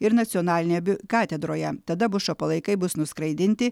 ir nacionalinėje katedroje tada bušo palaikai bus nuskraidinti